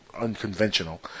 unconventional